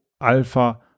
Alpha